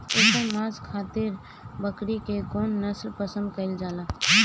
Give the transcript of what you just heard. एकर मांस खातिर बकरी के कौन नस्ल पसंद कईल जाले?